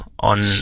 On